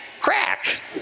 crack